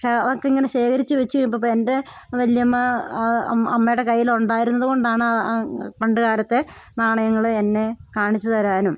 പക്ഷെ അതൊക്കെ ഇങ്ങനെ ശേഖരിച്ചു വെച്ച് ഇപ്പപ്പം എൻ്റെ വലിയമ്മ അമ്മയുടെ കയ്യിലുണ്ടായിരുന്നതു കൊണ്ടാണ് അങ്ങു പണ്ടു കാലത്തെ നാണയങ്ങൾ എന്നെ കാണിച്ചു തരാനും